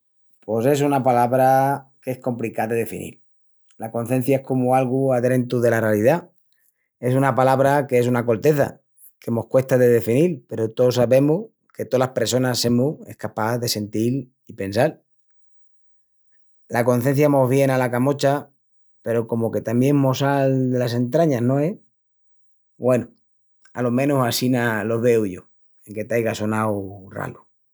Pos es una palabra qu'es compricá de definil. La concencia es comu algu adrentu dela ralidá. Es una palabra que es una colteza, que mos cuesta de definil peru tós sabemus que tolas pressonas semus escapás de sentil i pensal. La concencia mos vien ala camocha peru comu que tamién mos sal delas entrañas, no es? Güenu, alo menus assina lo veu yo, enque t'aiga sonau ralu.